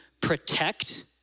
protect